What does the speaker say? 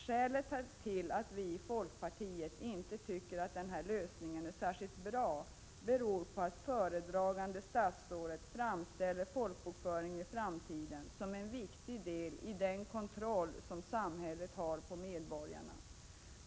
Skälet till att vi i folkpartiet inte tycker att denna lösning är särskilt bra är att det föredragande statsrådet framställer folkbokföringen i framtiden som en viktig del i den kontroll som samhället har över medborgarna.